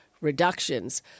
reductions